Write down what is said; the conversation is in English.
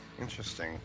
Interesting